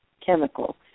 chemical